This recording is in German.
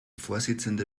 vorsitzende